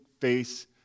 face